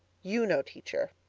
you know, teacher.